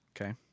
Okay